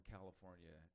California